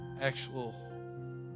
actual